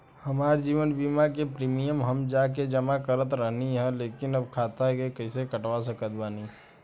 हमार जीवन बीमा के प्रीमीयम हम जा के जमा करत रहनी ह लेकिन अब खाता से कइसे कटवा सकत बानी?